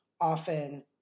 often